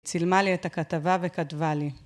צילמה לי את הכתבה וכתבה לי...